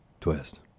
Twist